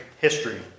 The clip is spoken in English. history